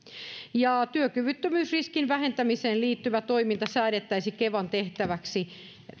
työkyvyttömyysriskin vähentämiseen liittyvä toiminta säädettäisiin kevan tehtäväksi